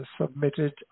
submitted